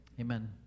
Amen